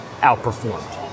outperformed